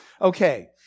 Okay